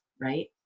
right